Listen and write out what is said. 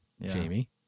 Jamie